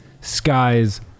skies